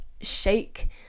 shake